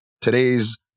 today's